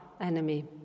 enemy